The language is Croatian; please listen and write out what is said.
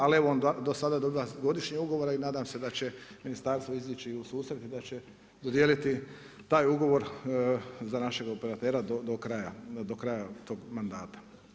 Ali evo, on do sada dobiva godišnje ugovore i na nadam se da će ministarstvo izići u susret i da će dodijelit taj ugovor za našeg operatera do kraja tog mandata.